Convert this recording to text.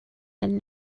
and